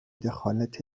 دخالت